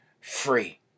free